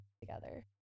together